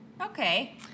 Okay